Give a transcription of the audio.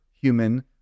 human